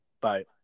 Bye